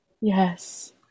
Yes